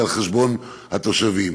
וזה על חשבון התושבים,